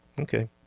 Okay